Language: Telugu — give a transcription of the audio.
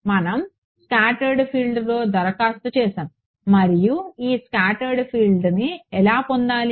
మనం స్కాటర్ ఫీల్డ్లో దరఖాస్తు చేసాము మరియు ఈ స్కాటర్ ఫీల్డ్ని ఎలా పొందాలి